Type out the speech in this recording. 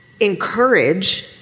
encourage